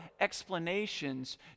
explanations